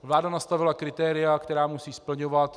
Vláda nastavila kritéria, která musí splňovat.